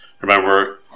Remember